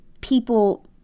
people